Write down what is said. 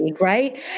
Right